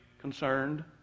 concerned